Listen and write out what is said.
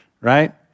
right